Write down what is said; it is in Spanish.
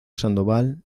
sandoval